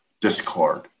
discord